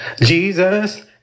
Jesus